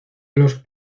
los